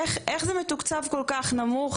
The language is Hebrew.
איך זה מתוקצב כל כך נמוך?